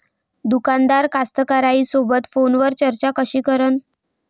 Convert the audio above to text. दुकानदार कास्तकाराइसोबत फोनवर चर्चा कशी करन?